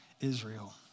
Israel